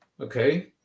Okay